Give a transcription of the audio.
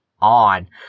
on